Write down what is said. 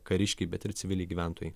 kariškiai bet ir civiliai gyventojai